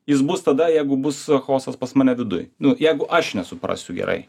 jis bus tada jeigu bus chaosas pas mane viduj nu jeigu aš nesuprasiu gerai